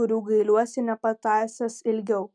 kurių gailiuosi nepatąsęs ilgiau